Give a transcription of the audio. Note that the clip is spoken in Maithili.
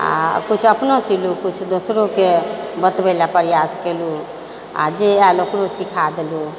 आओर कुछ अपनो सीलहुँ कुछ दोसरोके बतबै लअ प्रयास कयसहुँ आओर जे आयल ओकरो सीखा देलहुँ